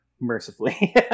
mercifully